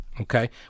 Okay